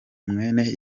mwene